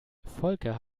volker